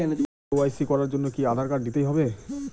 KYC করার জন্য কি আধার কার্ড দিতেই হবে?